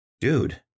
dude